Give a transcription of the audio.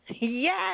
Yes